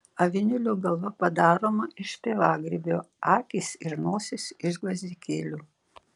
avinėlio galva padaroma iš pievagrybio akys ir nosis iš gvazdikėlių